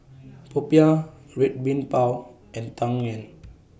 Popiah Red Bean Bao and Tang Yuen